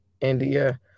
India